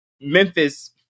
Memphis